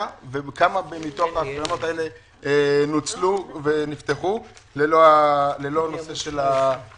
וכמה מתוך הקרנות האלה נוצלו ונפתחו ללא הקנס.